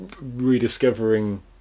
Rediscovering